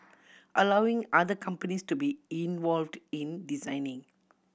allowing other companies to be involved in designing